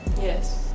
yes